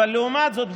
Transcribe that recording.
אבל לעומת זאת,